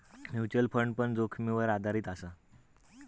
mutual fund पण जोखीमीवर आधारीत असा